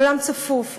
עולם צפוף,